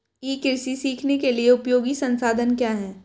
ई कृषि सीखने के लिए उपयोगी संसाधन क्या हैं?